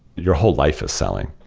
your whole life is selling,